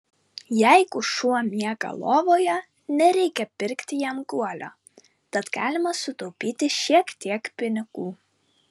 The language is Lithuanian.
jeigu šuo miega lovoje nereikia pirkti jam guolio tad galima sutaupyti šiek tiek pinigų